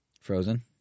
Frozen